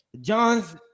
john's